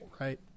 right